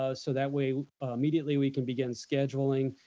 ah so that way immediately, we can begin scheduling,